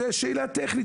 זו שאלה טכנית.